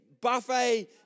buffet